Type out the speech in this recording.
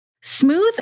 Smooth